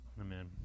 Amen